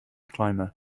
climber